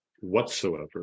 whatsoever